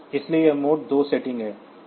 इसलिए यह mode 2 setting है